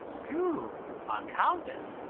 whew a countess!